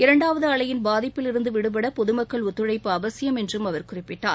இரண்டாவது அலையின் பாதிப்பில் இருந்து விடுபட பொது மக்கள் ஒத்துழைப்பு அவசியம் என்றும் அவர் குறிப்பிட்டார்